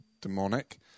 demonic